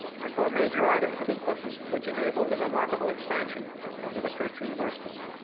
and for major items of equipment, which enabled the remarkable expansion of the research universities.